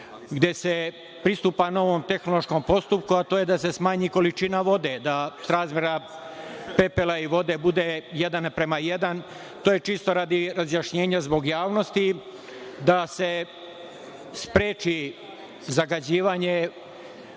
gde se pristupa novom tehnološkom postupku, a to je da se smanji količina vode, da srazmera pepela i vode bude 1:1, to je čisto radi razjašnjenja zbog javnosti, da se spreči zagađivanje